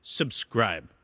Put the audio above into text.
subscribe